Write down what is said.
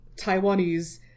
taiwanese